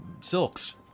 silks